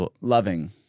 Loving